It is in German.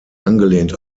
angelehnt